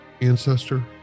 ancestor